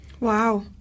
Wow